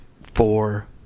four